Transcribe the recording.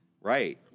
Right